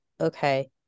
okay